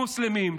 מוסלמים,